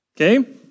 Okay